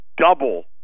double